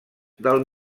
del